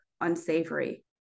unsavory